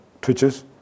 twitches